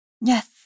Yes